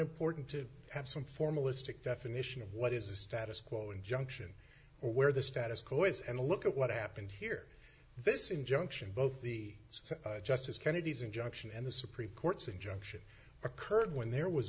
important to have some formalistic definition of what is a status quo injunction or where the status quo is and a look at what happened here this injunction both the justice kennedy's injunction and the supreme court's injunction occurred when there was